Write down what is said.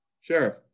Sheriff